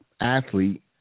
athlete